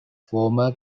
former